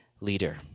leader